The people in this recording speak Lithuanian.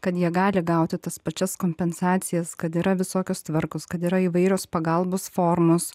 kad jie gali gauti tas pačias kompensacijas kad yra visokios tvarkos kad yra įvairios pagalbos formos